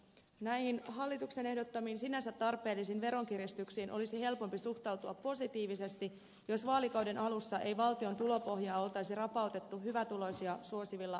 näihin hallituksen ehdottamiin sinänsä tarpeellisiin veronkiristyksiin olisi helpompi suhtautua positiivisesti jos vaalikauden alussa ei valtion tulopohjaa oltaisi rapautettu hyvätuloisia suosivilla veronalennuksilla